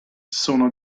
sono